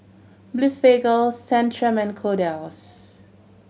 Blephagel Centrum and Kordel's